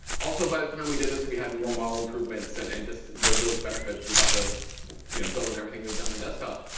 also, by the time we did this, we had more model improvements and and just those benefits we got to you know build in everything we'd done on desktop.